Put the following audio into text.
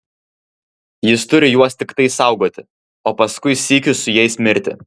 jis turi juos tiktai saugoti o paskui sykiu su jais mirti